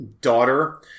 Daughter